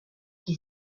qui